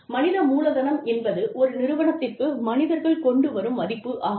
மனித மூலதனம் என்பது ஒரு நிறுவனத்திற்கு மனிதர்கள் கொண்டு வரும் மதிப்பு ஆகும்